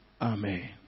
Amen